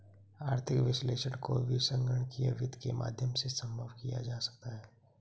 आर्थिक विश्लेषण को भी संगणकीय वित्त के माध्यम से सम्भव किया जा सकता है